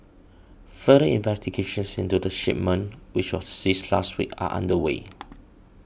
further investigations into the shipment which was seized last week are underway